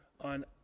on